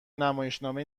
نمایشنامه